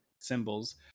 symbols